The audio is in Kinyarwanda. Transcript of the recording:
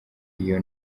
iyo